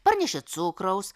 parnešė cukraus